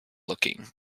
looking